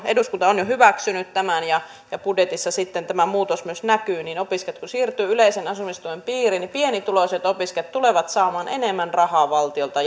eduskunta on jo hyväksynyt tämän ja ja budjetissa sitten tämä muutos myös näkyy niin että kun opiskelijat siirtyvät yleisen asumistuen piiriin niin pienituloiset opiskelijat tulevat jatkossa saamaan enemmän rahaa valtiolta